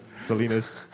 Salinas